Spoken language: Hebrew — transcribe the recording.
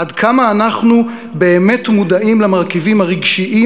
עד כמה אנחנו באמת מודעים למרכיבים הרגשיים,